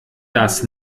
das